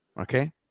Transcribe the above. okay